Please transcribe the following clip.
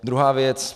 Druhá věc.